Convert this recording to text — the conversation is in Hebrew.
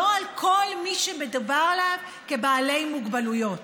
לא על כל מי שמדובר עליו כבעל מוגבלויות.